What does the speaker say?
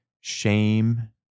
shame